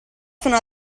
sono